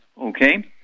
okay